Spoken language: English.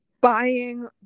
Buying